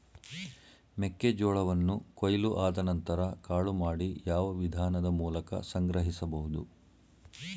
ಮೆಕ್ಕೆ ಜೋಳವನ್ನು ಕೊಯ್ಲು ಆದ ನಂತರ ಕಾಳು ಮಾಡಿ ಯಾವ ವಿಧಾನದ ಮೂಲಕ ಸಂಗ್ರಹಿಸಬಹುದು?